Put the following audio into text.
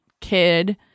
kid